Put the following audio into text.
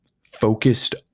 focused